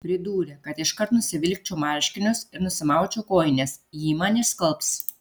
pridūrė kad iškart nusivilkčiau marškinius ir nusimaučiau kojines ji man išskalbs